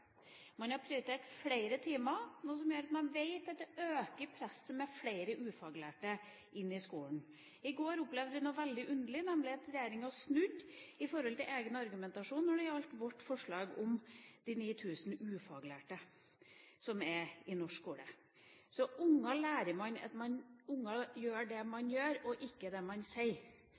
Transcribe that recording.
Man har prioritert flere timer, noe vi vet øker presset med flere ufaglærte inn i skolen. I går opplevde vi noe veldig underlig, nemlig at regjeringen snudde i forhold til egen argumentasjon når det gjaldt vårt forslag om de 9 000 ufaglærte i norsk skole. Barn lærer av det vi gjør, ikke av det vi sier. Så hvorfor kan man ikke innrømme at man har prioritert andre ting? Det er ikke